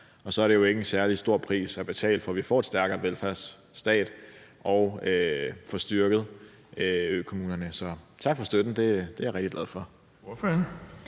Og så er det jo ikke en særlig stor pris at betale, for at vi får en stærkere velfærdsstat og får styrket kommunerne. Så tak for støtten. Den er jeg rigtig glad for.